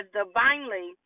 divinely